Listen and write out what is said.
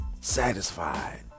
satisfied